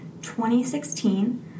2016